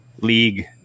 league